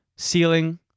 ceiling